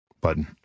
button